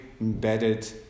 embedded